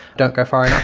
don't go far enough.